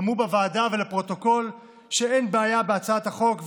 אמרו בוועדה ולפרוטוקול שאין בעיה בהצעת החוק,